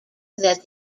that